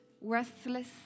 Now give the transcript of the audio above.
worthless